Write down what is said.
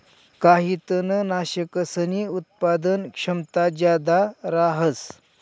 काही तननाशकसनी उत्पादन क्षमता जादा रहास